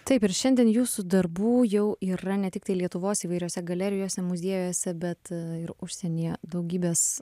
taip ir šiandien jūsų darbų jau yra ne tiktai lietuvos įvairiose galerijose muziejuose bet ir užsienyje daugybės